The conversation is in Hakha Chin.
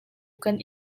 kan